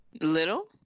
Little